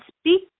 speak